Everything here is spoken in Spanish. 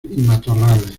matorrales